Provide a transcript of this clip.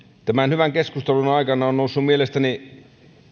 tämän hyvän keskustelun aikana on noussut mielestäni